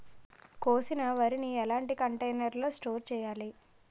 కోసిన వరిని ఎలాంటి కంటైనర్ లో స్టోర్ చెయ్యాలి?